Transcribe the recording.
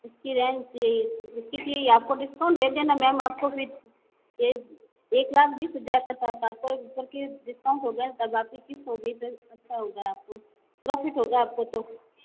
इसकी रेंज आपको डिस्काउंट देंगे ना मैम आप को एक लाख बीस हज़ार का था तो आप को कर के डिस्काउंट हो गया तब आप की किस्त हो गई तो अच्छा होगा प्रॉफिट होगा आप को तो